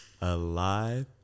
Alive